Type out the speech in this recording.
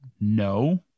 No